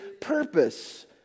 purpose